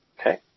Okay